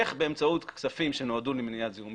איך באמצעות כספים שנועדו למניעת זיהום